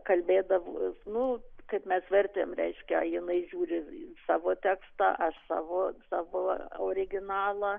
kalbėdavo nu kaip mes vertėm reiškia jinai žiūri į savo tekstą aš savo savo originalą